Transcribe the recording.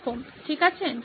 ঠিক আছে ধন্যবাদ